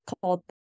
called